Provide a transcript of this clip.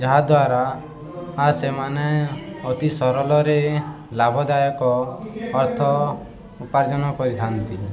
ଯାହାଦ୍ୱାରା ସେମାନେ ଅତି ସରଳରେ ଲାଭଦାୟକ ଅର୍ଥ ଉପାର୍ଜନ କରିଥାନ୍ତି